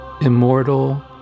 immortal